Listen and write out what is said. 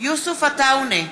יוסף עטאונה,